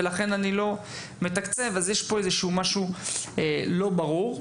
ולכן אני לא מתקצב - יש פה משהו לא ברור,